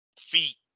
feet